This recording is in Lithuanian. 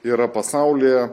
yra pasaulyje